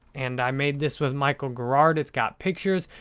and i made this with michel gerard. it's got pictures.